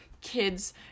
kids